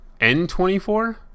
N24